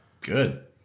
Good